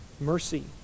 mercy